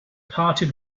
parted